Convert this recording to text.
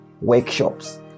workshops